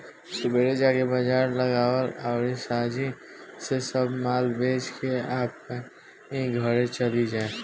सुबेरे जाके बाजार लगावअ अउरी सांझी से सब माल बेच के अपनी घरे चली जा